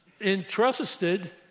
entrusted